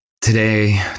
today